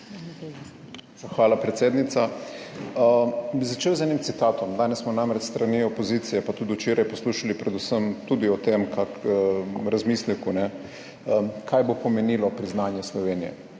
hvala, predsednica. Bi začel z enim citatom, danes smo namreč s strani opozicije pa tudi včeraj poslušali predvsem tudi o tem, razmisleku, kaj bo pomenilo priznanje Slovenije.